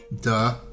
Duh